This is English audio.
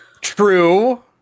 True